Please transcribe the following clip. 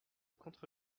contre